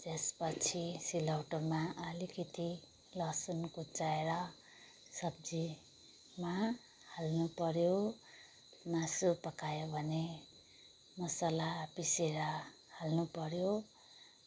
त्यसपछि सिलौटोमा अलिकति लसुन कुच्याएर सब्जीमा हाल्नुपऱ्यो मासु पकायो भने मसला पिसेर हाल्नुपऱ्यो